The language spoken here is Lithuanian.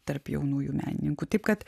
tarp jaunųjų menininkų taip kad